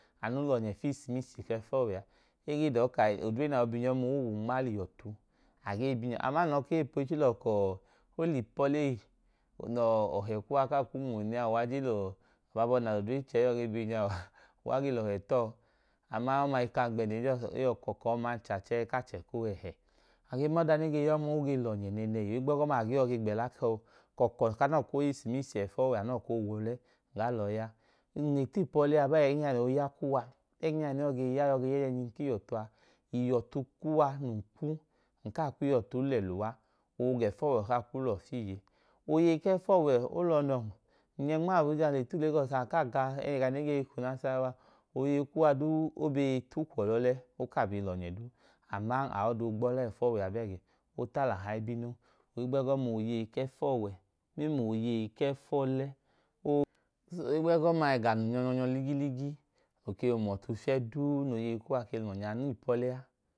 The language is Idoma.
Anu lọnye fi isimisi kefọwẹa, ege dọọ kai k’odre na yoi binyọ ọma oonma lihotu a ge binyọ aman nlọka eyi po ichilọ kọọ olipọlẹ eyi nọọ ọhẹ kuwa kaa ku nwune a u we je nọ ugbabo na lodre chẹ yọ ge ḅinyọọ uwa gee lọhẹ tọọ aman ọma ikangbe ne eyo kọka oma ancha chẹ ka’achẹ ko hẹhẹ. A ge mọda nege ya ọma oge lonyẹ nẹnẹhi ohigbẹgo̱ma age yọ ge gbẹla tọọ kọkọ kanọ ko yisimisi efọwe anọ ko wọlẹ gaa lọọya. N le klipọlẹ aba egenya nọọ ya luwa ẹgẹnya ne yọ ge ya yọ ge yẹ jẹnji kihotu a, ihọtu kuwa lunku nka kwiihọtuu lee luwa ogẹ fowẹ kaaku lọfiiye. Oyeyi kẹfọwe o lọnon, nnyẹ nm’abuja le tu lagọs nkaa ga ẹga ne ge hi ku nasarawa, oyei duu ode tukwọlọle okaabe lọnye duu aman aọdọo gbọla efọọwẹ a beege, otaala ibinon, higbe goma oyei kefọwe mẹm’loyei kẹfolẹ o, higbegọma ega nun nyọ nyọ ligi ligi no ke hum ọtu fiẹduu no yei kuwa lum ọnyẹ a, anu w’ipolẹ a.